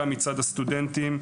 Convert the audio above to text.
גם מצד הסטודנטים,